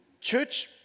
church